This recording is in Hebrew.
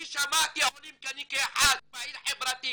אני שמעתי עולים, כי אני כאחד פעיל חברתי